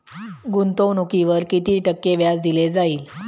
गुंतवणुकीवर किती टक्के व्याज दिले जाईल?